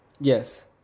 Yes